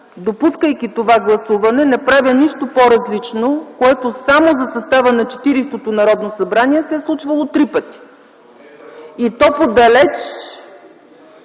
Допускайки това гласуване, не правя нищо по-различно, което само за състава на Четиридесетото Народно събрание се е случвало три пъти. РЕПЛИКА